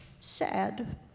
sad